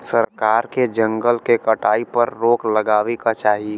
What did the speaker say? सरकार के जंगल के कटाई पर रोक लगावे क चाही